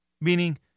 Meaning